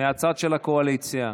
של הקואליציה,